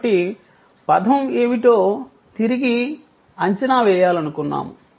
కాబట్టి పథం ఏమిటో తిరిగి అంచనా వేయాలనుకున్నాము